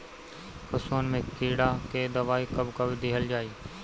पशुअन मैं कीड़ा के दवाई कब कब दिहल जाई?